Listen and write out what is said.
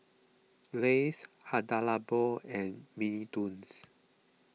Lays Hada Labo and Mini Toons